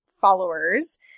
followers